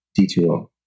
D2O